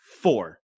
four